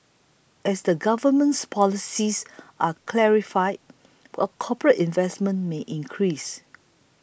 as the government's policies are clarified corporate investment may increase